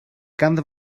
ganddo